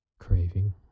Craving